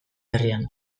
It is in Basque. herrian